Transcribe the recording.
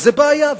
זאת בעיה.